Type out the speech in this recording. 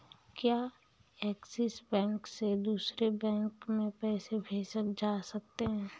क्या Axis bank से दूसरे बैंक में पैसे भेजे जा सकता हैं?